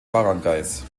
baranggays